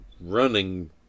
running